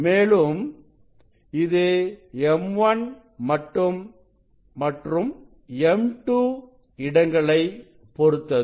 மேலும் இது M1 மற்றும் M2 இடங்களை பொருத்தது